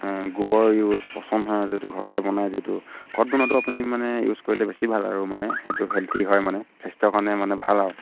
গোবৰ ইউজ পচন সাৰ যিটো ঘৰতে বনায় যিটো ঘৰত বনোৱাটো আপুনি মানে ইউজ কৰিলে বেছি ভাল আৰু মানে সেইটো হেলথি হয় মানে স্বাস্থ্যৰ কাৰণে মানে ভাল আৰু